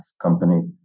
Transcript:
company